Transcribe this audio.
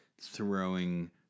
throwing